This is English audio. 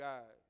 God